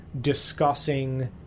discussing